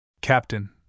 Captain